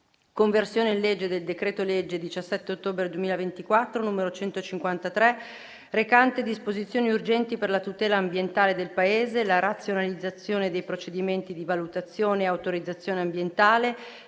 «Conversione in legge del decreto-legge 17 ottobre 2024, n. 153, recante disposizioni urgenti per la tutela ambientale del Paese, la razionalizzazione dei procedimenti di valutazione e autorizzazione ambientale,